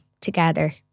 together